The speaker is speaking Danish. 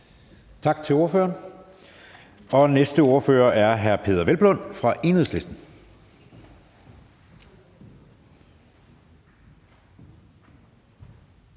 Tak til ordføreren. Næste ordfører er hr. Peder Hvelplund fra Enhedslisten.